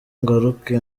ngaruke